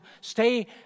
stay